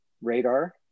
radar